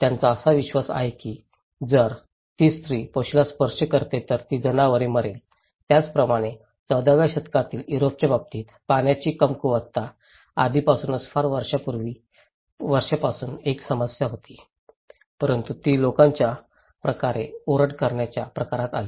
त्यांचा असा विश्वास आहे की जर ती स्त्री पशूला स्पर्श करते तर ती जनावरे मरेल त्याचप्रकारे 14 व्या शतकातील युरोपच्या बाबतीत पाण्याची कमकुवतता आधीपासूनच फार पूर्वीपासून एक समस्या होती परंतु ती लोकांच्या प्रकारची ओरड करण्याच्या प्रकारात आली